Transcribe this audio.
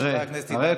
אני חבר הכנסת עידן רול,